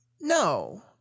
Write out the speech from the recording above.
no